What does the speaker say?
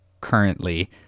currently